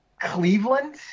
Cleveland